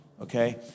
Okay